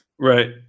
Right